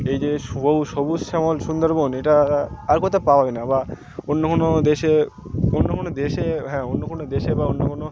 এই যে সবুজ শ্যামল সুন্দরবন এটা আর কোথাও পাবে না বা অন্য কোনো দেশে অন্য কোনো দেশে হ্যাঁ অন্য কোনো দেশে বা অন্য কোনো